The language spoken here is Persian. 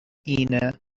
اینه